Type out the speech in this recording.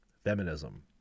feminism